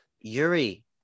Yuri